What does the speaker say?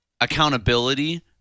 accountability